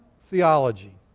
theology